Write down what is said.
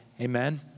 Amen